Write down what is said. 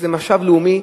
זה משאב לאומי.